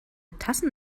tassen